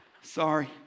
Sorry